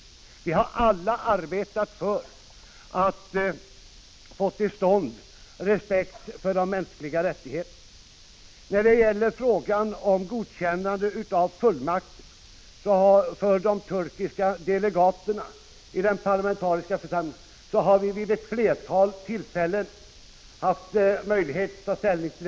Vi har alla arbetat för att få till stånd respekt för de mänskliga rättigheterna i Turkiet. Frågan om ett godkännande av fullmakterna för de turkiska delegaterna i den parlamentariska församlingen har vi vid ett flertal tillfällen haft möjlighet att ta ställning till.